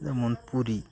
যেমন পুরী